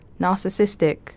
narcissistic